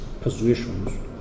persuasions